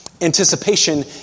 Anticipation